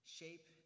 shape